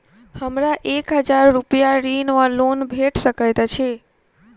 हमरा एक हजार रूपया ऋण वा लोन भेट सकैत अछि?